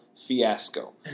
Fiasco